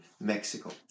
Mexico